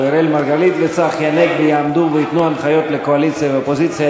או אראל מרגלית וצחי הנגבי יעמדו וייתנו הנחיות לקואליציה ולאופוזיציה,